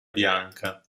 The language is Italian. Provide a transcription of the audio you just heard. bianca